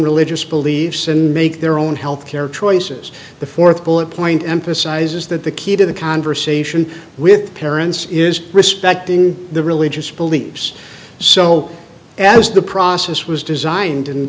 religious beliefs and make their own health care choices the fourth bullet point emphasizes that the key to the conversation with parents is respecting the religious beliefs so as the process was designed and